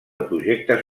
projectes